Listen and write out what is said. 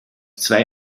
zwei